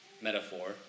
metaphor